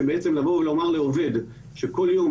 שבעצם לבוא ולומר לעובד שכל יום